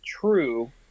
true